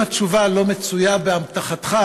התשובה לא מצויה באמתחתך,